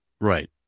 right